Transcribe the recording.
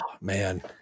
Man